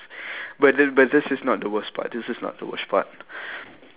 but then but this is not the worst part this is not the worst part